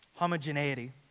Homogeneity